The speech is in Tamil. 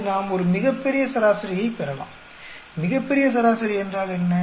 இப்போது நாம் ஒரு மிகப்பெரிய சராசரியைப் பெறலாம் மிகப் பெரிய சராசரி என்றால் என்ன